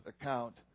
account